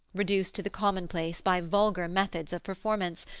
reduced to the commonplace by vulgar methods of performance,